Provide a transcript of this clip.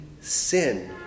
sin